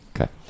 Okay